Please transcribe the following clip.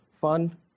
fun